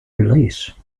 release